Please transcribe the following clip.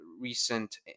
recent